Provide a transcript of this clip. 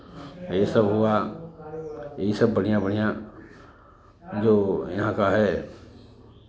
ये सब हुआ यही सब बढ़ियाँ बढ़ियाँ जो यहाँ का है